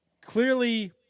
clearly